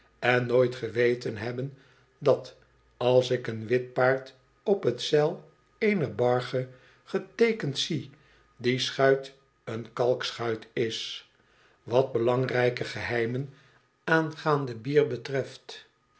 en nooit geweten hebben dat als ik een wit paard op t zeil eener barge geteekend zie die schuit een kalkschuit is wat belangrijke geheimen aangaande bier betreft